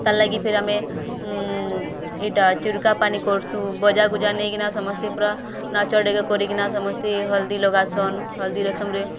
ତା'ର୍ ଲାଗି ଫିର୍ ଆମେ ଇଟା ଚିର୍କା ପାନି କର୍ସୁଁ ବଜାକୁଜା ନେଇକିନା ସମସ୍ତେ ପୁରା ନାଚ ଡ଼େଗ କରିକିନା ସମସ୍ତେ ହଲଦୀ ଲଗାସନ୍ ହଲଦୀ ରସମ୍ରେ